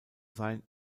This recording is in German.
sein